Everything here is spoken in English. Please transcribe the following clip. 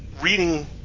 reading